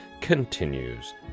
continues